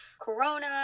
corona